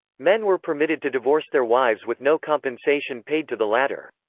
men were permitted to divorce their wives with no compensation paid to the latter.